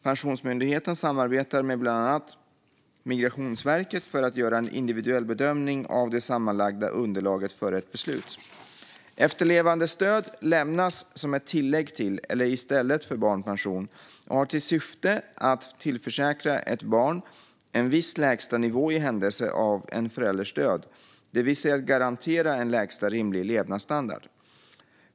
Pensionsmyndigheten samarbetar med bland annat Migrationsverket för att göra en individuell bedömning av det sammanlagda underlaget före ett beslut. Efterlevandestöd lämnas som ett tillägg till eller i stället för barnpension och har till syfte att tillförsäkra ett barn en viss lägsta nivå i händelse av en förälders död, det vill säga att garantera en lägsta rimlig levnadsstandard.